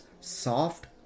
soft